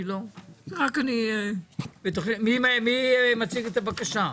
מי מציג את הבקשה?